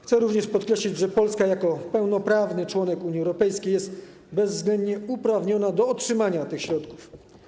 Chcę również podkreślić, że Polska jako pełnoprawny członek Unii Europejskiej jest bezwzględnie uprawniona do otrzymania tych środków.